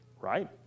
right